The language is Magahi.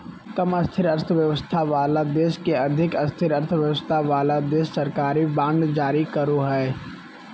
कम स्थिर अर्थव्यवस्था वाला देश के अधिक स्थिर अर्थव्यवस्था वाला देश सरकारी बांड जारी करो हय